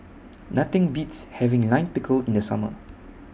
Nothing Beats having Lime Pickle in The Summer